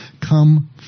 Come